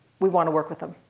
we want to work with them.